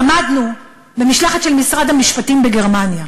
עמדנו במשלחת של משרד המשפטים בגרמניה,